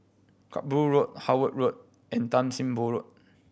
Kerbau Road Howard Road and Tan Sim Boh Road